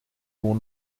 nur